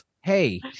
Hey